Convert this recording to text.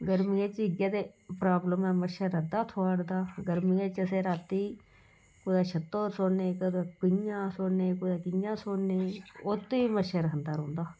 गर्मियें च इ'यै ते प्राब्लम ऐ मच्छर अद्धा थवाटदा गर्मियें च असें राती कुदै छत्तै'र सोन्ने कुतै कि'यां सोन्ने कुतै कि'यां सोन्ने ओत्त बी मच्छर खंदा रौंह्दा